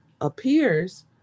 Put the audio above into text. appears